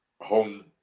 home